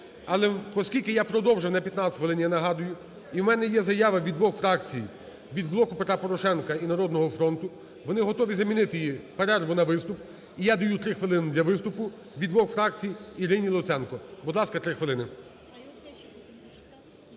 Але поскільки я продовжив на 15 хвилин, я нагадую, і в мене є заява від двох фракцій – від "Блоку Петра Порошенка" і "Народного фронту" – вони готові замінити перерву на виступ. І я даю 3 хвилини для виступу від двох фракцій Ірині Луценко. Будь ласка, 3 хвилини.